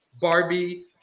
Barbie